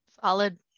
Solid